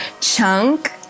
Chunk